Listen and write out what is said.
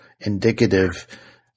Indicative